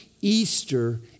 Easter